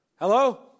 Hello